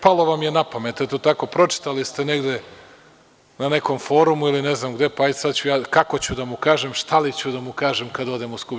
Palo vam je napamet, eto tako, pročitali ste negde na nekom forumu ili ne znam gde, pa ajde sad ću ja, kako ću da mu kažem, šta li ću da mu kažem kada odem u Skupštinu.